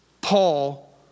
Paul